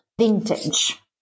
vintage